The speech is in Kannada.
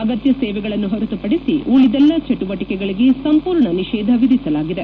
ಅಗತ್ತ ಸೇವೆಗಳನ್ನು ಹೊರತುಪಡಿಸಿ ಉಳಿದೆಲ್ಲಾ ಚುಟುವಟಕೆಗಳಿಗೆ ಸಂಪೂರ್ಣ ನಿಷೇಧ ವಿಧಿಸಲಾಗಿದೆ